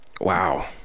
Wow